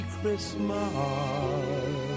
Christmas